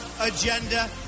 agenda